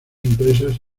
empresas